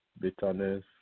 bitterness